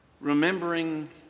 remembering